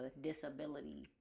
disability